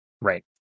Right